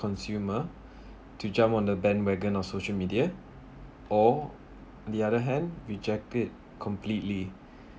consumer to jump on the band vegan of social media or the other hand reject it completely